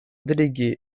délégué